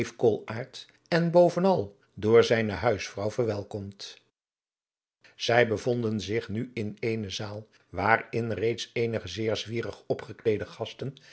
en bovenal door zijne huisvrouw verwelkomd zij bevonden zich nu in eene zaal waarin reeds eenige zeer zwierig opgekleede gasten